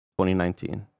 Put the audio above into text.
2019